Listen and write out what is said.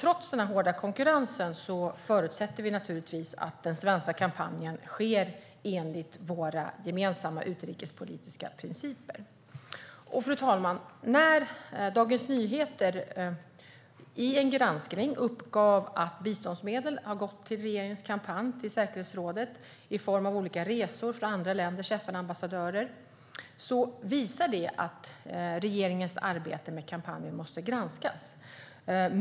Trots den hårda konkurrensen förutsätter vi naturligtvis att den svenska kampanjen sker enligt våra gemensamma utrikespolitiska principer. Fru talman! När Dagens Nyheter i en granskning uppgav att biståndsmedel gått till regeringens kampanj till säkerhetsrådet, i form av olika resor för andra länders FN-ambassadörer, visar det att regeringens arbete med kampanjen måste granskas.